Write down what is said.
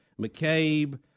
McCabe